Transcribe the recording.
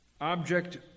object